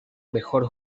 mejor